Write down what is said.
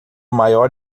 maior